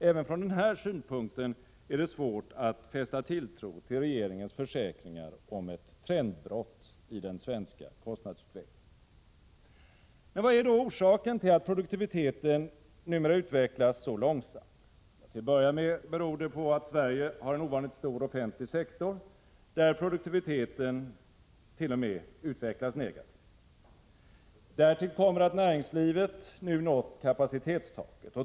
Även från den här synpunkten är det svårt att fästa tilltro till regeringens försäkringar om ett trendbrott i den svenska kostnadsutvecklingen. Vad är då orsaken till att produktiviteten numera utvecklas så långsamt? Till att börja med beror det på att Sverige har en ovanligt stor offentlig sektor, där produktiviteten t.o.m. utvecklas negativt. Därtill kommer att näringslivet nu nått kapacitetstaket.